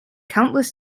countless